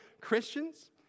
Christians